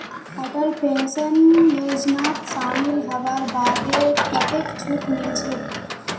Atal pension योजनात शामिल हबार बादे कतेक छूट मिलछेक